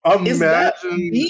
Imagine